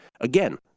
Again